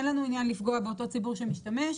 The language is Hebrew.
אין לנו עניין לפגוע באותו הציבור שמשתמש,